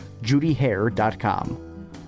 judyhair.com